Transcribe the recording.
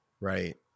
right